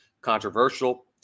controversial